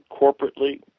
corporately